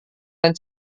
dan